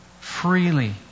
Freely